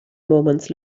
moments